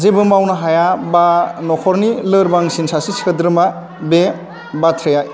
जेबो मावनो हाया बा न'खरनि लोरबांसिन सासे सोद्रोमा बे बाथ्राया